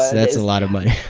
that's a lot of money.